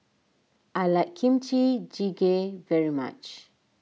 I like Kimchi Jjigae very much